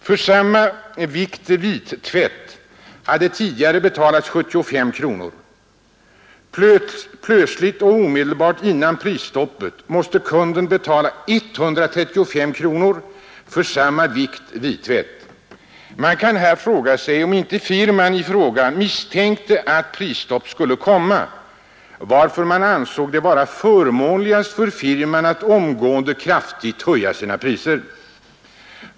För en viss vikt vittvätt hade tidigare betalats 75 kronor. Plötsligt, omedelbart före prisstoppet, måste kunden betala 135 kronor för samma vikt vittvätt. Frågan är om man inte på den här firman misstänkte att prisstopp skulle komma, varför man ansåg det vara förmånligast för firman att omgående kraftigt höja priserna.